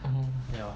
oh